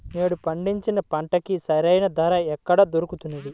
నేను పండించిన పంటకి సరైన ధర ఎక్కడ దొరుకుతుంది?